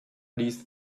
these